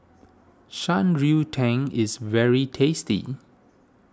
Shan Rui Tang is very tasty